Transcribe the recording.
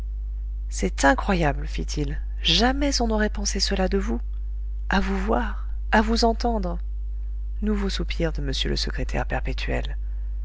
c'est incroyable fit-il jamais on n'aurait pensé cela de vous à vous voir à vous entendre nouveau soupir de m le secrétaire perpétuel